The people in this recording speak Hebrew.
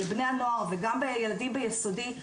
לבני הנוער וגם לילדים ביסודי,